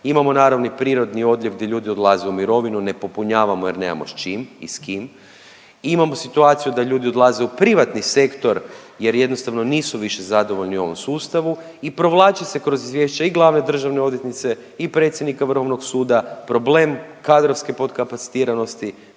Imamo naravno i prirodni odljev gdje ljudi odlaze u mirovinu, ne popunjavamo jer nemamo s čim i s kim. Imamo situaciju da ljudi odlaze u privatni sektor jer jednostavno nisu više zadovoljni u ovom sustavu i provlače se kroz izvješća i glavne državne odvjetnice i predsjednika Vrhovnog suda. Problem kadrovske podkapacitiranosti,